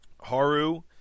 Haru